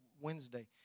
Wednesday